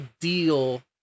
deal